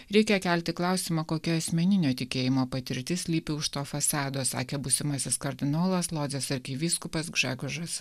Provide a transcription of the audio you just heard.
reikia kelti klausimą kokia asmeninio tikėjimo patirtis slypi už to fasado sakė būsimasis kardinolas arkivyskupas gžegožas